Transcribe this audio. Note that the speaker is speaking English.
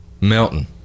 Melton